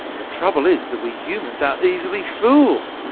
the trouble is that we humans are easily fooled.